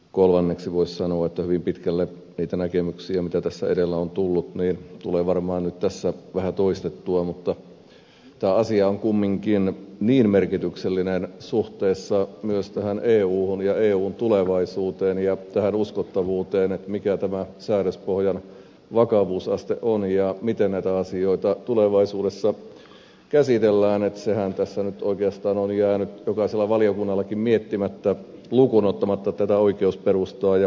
kolmanneksi voisi sanoa että hyvin pitkälle niitä näkemyksiä joita tässä edellä on tullut tulee varmaan nyt tässä vähän toistettua mutta tämä asia on kumminkin niin merkityksellinen suhteessa myös euhun ja eun tulevaisuuteen ja tähän uskottavuuteen mikä tämä säädöspohjan vakavuusaste on ja miten näitä asioita tulevaisuudessa käsitellään että sehän tässä nyt oikeastaan on jäänyt jokaisella valiokunnallakin miettimättä lukuun ottamatta tätä oikeusperustaa ja toissijaisuusperiaatetta